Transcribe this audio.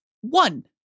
one